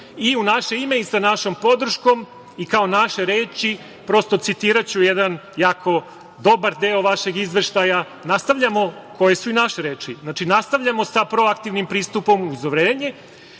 i u naše ime i sa našom podrškom i kao naše reči, prosto, citiraću jedan jako dobar deo vašeg izveštaja, koje su i naše reči. "Nastavljamo sa proaktivnim pristupom, uz uverenje